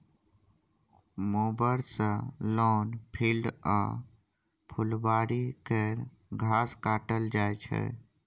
mower सँ lawn, field आ फुलबारी केर घास काटल जाइ छै